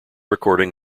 recording